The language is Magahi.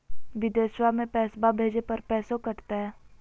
बिदेशवा मे पैसवा भेजे पर पैसों कट तय?